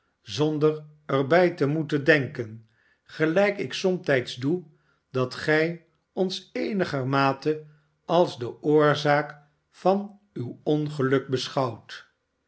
zonder er bij te moeten denken gelijk ik somtijds doe dat gij ons eenigermate als de oorzaak van uw ongeluk beschouwt